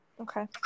Okay